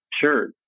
sure